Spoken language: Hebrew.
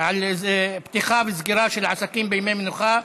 פתיחתם וסגירתם של עסקים בימי מנוחה),